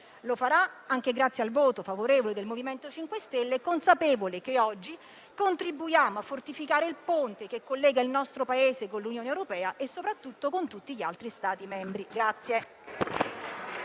lo farà anche grazie al voto favorevole del MoVimento 5 Stelle, nella consapevolezza che oggi contribuiamo a fortificare il ponte che collega il nostro Paese con l'Unione europea e, soprattutto, con tutti gli altri Stati membri.